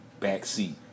backseat